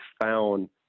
found